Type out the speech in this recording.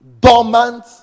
dormant